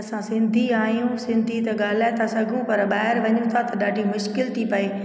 असां सिंधी आहियूं सिंधी त ॻाल्हाए था सघूं पर ॿाहिरि वञूं था त ॾाढी मुश्किल थी पए